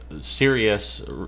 serious